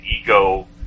ego